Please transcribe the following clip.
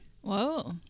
Whoa